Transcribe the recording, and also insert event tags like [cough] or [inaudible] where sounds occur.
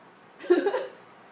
[laughs]